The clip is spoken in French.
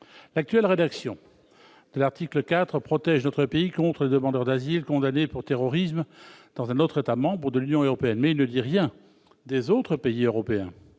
L'actuelle rédaction de l'article 4 du projet de loi protège notre pays contre les demandeurs d'asile condamnés pour terrorisme dans un autre État membre de l'Union européenne, mais ne dit rien des autres pays européens.